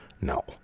No